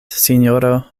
sinjoro